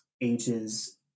ages